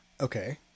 okay